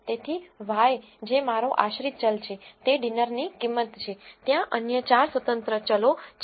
તેથી y જે મારો આશ્રિત ચલ છે તે ડિનરની કિંમત છે ત્યાં અન્ય 4 સ્વતંત્ર ચલો છે